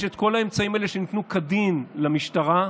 יש את כל האמצעים האלה, שניתנו למשטרה כדין.